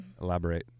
Elaborate